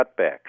cutbacks